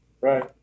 Right